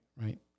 Right